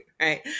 Right